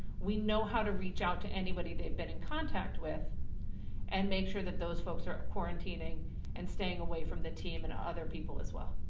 we know how to reach out to anybody they've been in contact with and make sure that those folks are quarantining and staying away from the team and other people as well.